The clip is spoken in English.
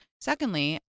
Secondly